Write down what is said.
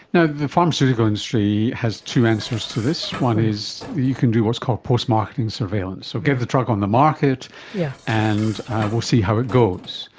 the pharmaceutical industry has two answers to this, one is you can do what's called post-marketing surveillance. so, get the drug on the market yeah and we'll see how it goes.